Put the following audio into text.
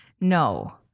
no